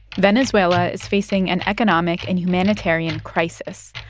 venezuela is facing an economic and humanitarian crisis.